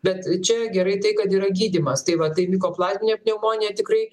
bet čia gerai tai kad yra gydymas tai va tai mikoplazminė pneumonija tikrai